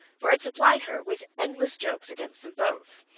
for it supplied her with endless jokes against them both.